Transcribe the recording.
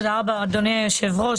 תודה רבה, אדוני היושב-ראש.